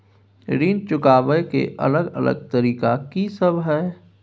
ऋण चुकाबय के अलग अलग तरीका की सब हय?